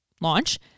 launch